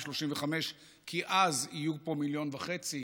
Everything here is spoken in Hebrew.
כי אז יהיו פה מיליון וחצי